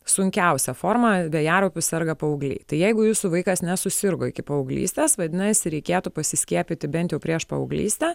sunkiausia forma vėjaraupių serga paaugliai tai jeigu jūsų vaikas nesusirgo iki paauglystės vadinasi reikėtų pasiskiepyti bent jau prieš paauglystę